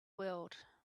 world